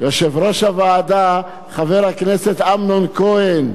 יושב-ראש הוועדה חבר הכנסת אמנון כהן,